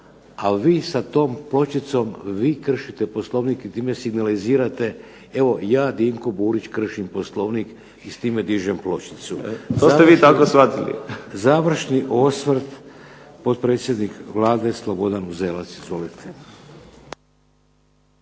a vi sa tom pločicom vi kršite Poslovnik i time signalizirate evo ja Dinko Burić kršim Poslovnik i s time dižem pločicu. **Burić, Dinko (HDSSB)** To ste vi tako shvatili. **Šeks, Vladimir (HDZ)** Završni osvrt potpredsjednik Vlade Slobodan Uzelac. Izvolite.